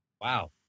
Wow